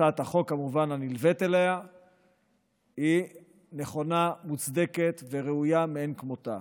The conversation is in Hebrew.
הצעת החוק הנלווית אליה היא נכונה ומוצדקת וראויה מאין כמותה.